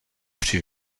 při